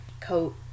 coat